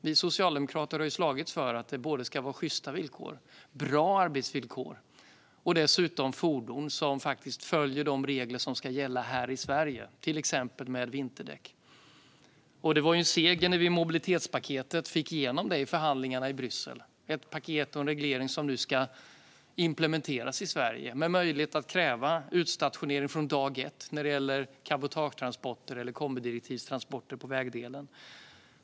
Vi socialdemokrater har slagits för sjysta villkor, bra arbetsvillkor, och att fordonen ska följa de regler som gäller i Sverige, till exempel i fråga om vinterdäck. Det var en seger när vi i mobilitetspaketet fick igenom dessa krav i förhandlingarna i Bryssel. Det är en reglering som ska implementeras i Sverige, med möjlighet att kräva utstationering från dag 1 när det gäller cabotagetransporter eller kombidirektivstransporter på väg.